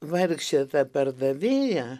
vargšė ta pardavėja